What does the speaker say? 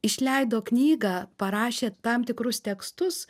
išleido knygą parašė tam tikrus tekstus